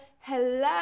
hello